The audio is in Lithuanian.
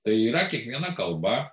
tai yra kiekviena kalba